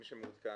מי שמעודכן